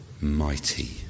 mighty